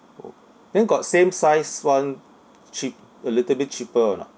orh then got same size one cheap a little bit cheaper or not